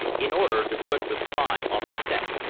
in order to put the spy off the scent.